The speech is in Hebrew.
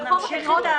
אוקיי, אז ממשיכים.